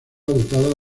dotada